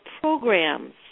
programs